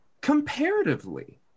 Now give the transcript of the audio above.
comparatively